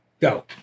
Go